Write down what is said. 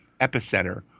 epicenter